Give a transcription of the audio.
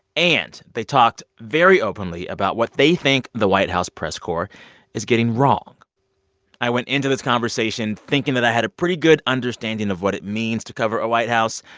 and they talked very openly about what they think the white house press corps is getting wrong i went into this conversation thinking that i had a pretty good understanding of what it means to cover a white house.